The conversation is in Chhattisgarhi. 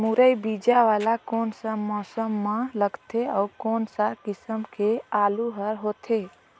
मुरई बीजा वाला कोन सा मौसम म लगथे अउ कोन सा किसम के आलू हर होथे?